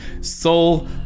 soul